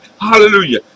Hallelujah